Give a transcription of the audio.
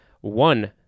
One